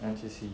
N_C_C